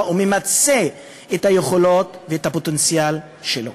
וימצה את היכולות ואת הפוטנציאל שלו.